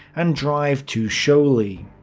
and drive to siauliai.